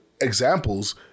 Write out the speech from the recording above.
examples